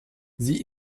sie